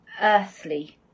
earthly